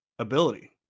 Ability